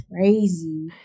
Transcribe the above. crazy